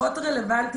פחות רלוונטי